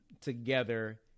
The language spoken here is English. together